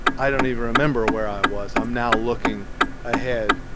i don't even remember where i was. i'm now looking ahead.